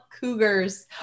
cougars